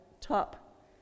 top